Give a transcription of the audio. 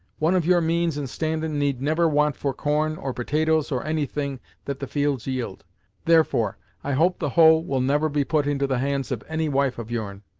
one of your means and standin' need never want for corn, or potatoes, or anything that the fields yield therefore, i hope the hoe will never be put into the hands of any wife of yourn.